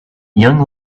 young